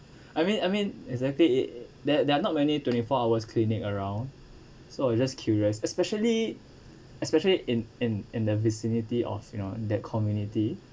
I mean I mean exactly it that there are not many twenty four hours clinic around so I just curious especially especially in in in the vicinity of you know that community